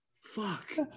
fuck